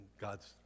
God's